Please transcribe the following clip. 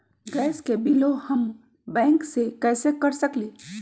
Gas के बिलों हम बैंक से कैसे कर सकली?